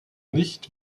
nicht